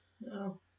No